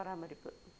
பராமரிப்பு